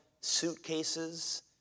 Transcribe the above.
suitcases